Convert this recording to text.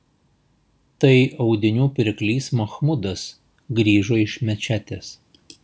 tai audinių pirklys machmudas grįžo iš mečetės